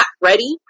ready